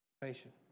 Patient